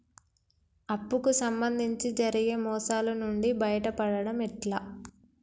అప్పు కు సంబంధించి జరిగే మోసాలు నుండి బయటపడడం ఎట్లా?